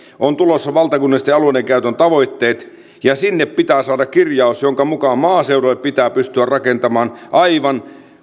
on tulossa valtakunnallisesti alueiden käytön tavoitteet ja sinne pitää saada kirjaus jonka mukaan maaseudulle pitää pystyä rakentamaan aivan